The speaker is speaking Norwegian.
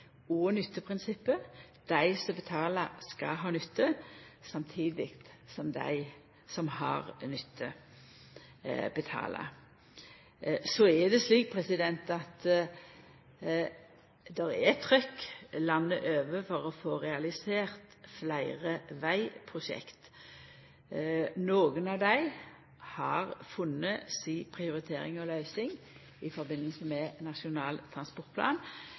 Dei som betalar, skal ha nytte, samtidig som dei som har nytte, betalar. Så er det slik at det er eit trykk landet over for å få realisert fleire vegprosjekt. Nokon av dei har funne si prioritering og løysing i samband med Nasjonal transportplan.